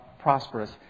prosperous